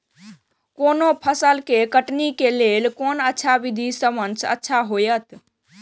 कोनो फसल के कटनी के लेल कोन अच्छा विधि सबसँ अच्छा होयत?